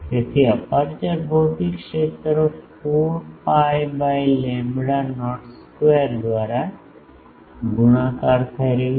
તેથી અપેર્ચર ભૌતિક ક્ષેત્ર 4 pi by lambda not square દ્વારા ગુણાકાર થઈ રહ્યું છે